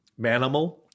Manimal